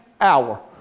hour